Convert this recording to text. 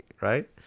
right